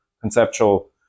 conceptual